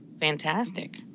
fantastic